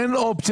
אין לו אופציה.